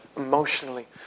emotionally